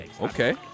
okay